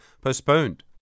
postponed